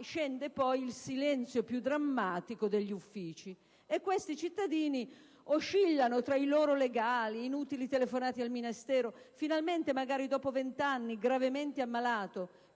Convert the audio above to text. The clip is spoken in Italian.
scende poi il silenzio più drammatico degli uffici. Questi cittadini oscillano tra i loro legali e inutili telefonate al Ministero. Finalmente, magari dopo vent'anni, gravemente ammalati,